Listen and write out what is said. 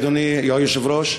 אדוני היושב-ראש?